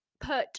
put